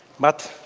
but